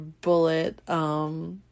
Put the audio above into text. Bullet